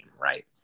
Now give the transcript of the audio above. right